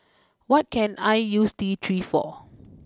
what can I use T three for